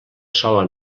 sola